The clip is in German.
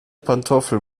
pantoffel